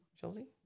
Chelsea